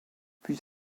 puis